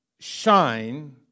shine